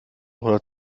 oder